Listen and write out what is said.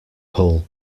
pool